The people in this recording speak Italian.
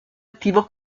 attivo